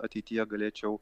ateityje galėčiau